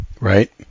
Right